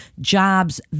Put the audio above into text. jobs